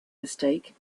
mistake